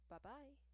Bye-bye